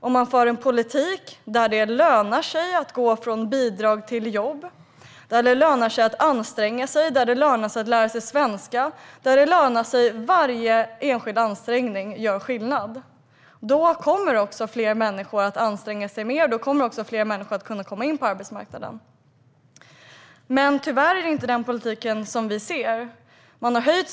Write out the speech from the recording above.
Om man för en politik där det lönar sig att gå från bidrag till jobb och lära sig svenska och där varje enskild ansträngning gör skillnad kommer också fler människor att anstränga sig mer och kunna komma in på arbetsmarknaden. Men tyvärr är det inte den politiken vi ser.